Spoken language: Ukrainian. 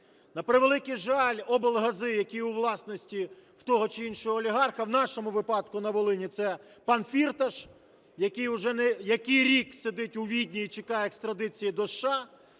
На превеликий жаль, облгази, які у власності того чи іншого олігарха, в нашому випадку на Волині це пан Фірташ, який уже який рік сидить у Відні і чекає екстрадиції до США,